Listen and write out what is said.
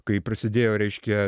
kai prasidėjo reiškia